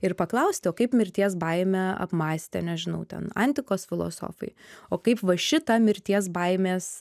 ir paklausti o kaip mirties baimę apmąstė nežinau ten antikos filosofai o kaip va šitą mirties baimės